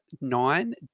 Nine